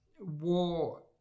war